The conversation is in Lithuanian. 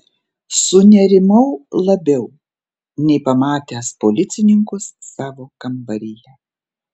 sunerimau labiau nei pamatęs policininkus savo kambaryje